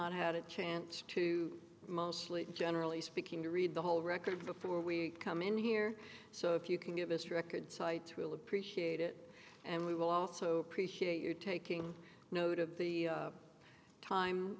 i had a chance to mostly generally speaking to read the whole record before we come in here so if you can give us records site will appreciate it and we will also appreciate your taking note of the